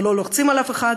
אנחנו לא לוחצים על אף אחד,